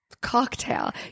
cocktail